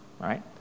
right